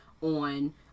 on